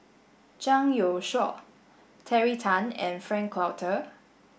Zhang Youshuo Terry Tan and Frank Cloutier